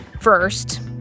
First